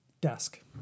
desk